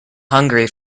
hungry